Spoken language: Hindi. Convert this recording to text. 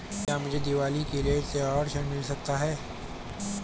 क्या मुझे दीवाली के लिए त्यौहारी ऋण मिल सकता है?